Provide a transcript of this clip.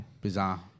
bizarre